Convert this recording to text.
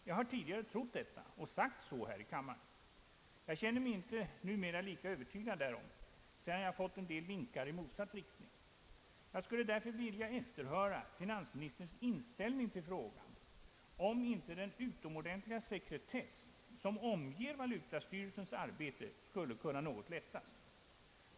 Jag har tidigare trott detta och sagt så här i kammaren. Jag känner mig inte numera lika övertygad därom sedan jag fått en del vinkar i motsatt riktning. Jag skulle därför vilja efterhöra finansministerns inställning till frågan om inte den utomordentliga sekretess som omger valutastyrelsens arbete skulle kunna något lättas.